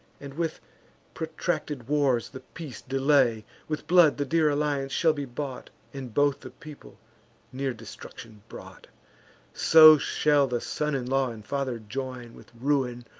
and with protracted wars the peace delay with blood the dear alliance shall be bought, and both the people near destruction brought so shall the son-in-law and father join, with ruin,